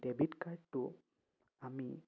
debit কাৰ্ডটো আমি